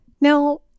Now